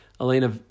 Elena